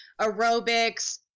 aerobics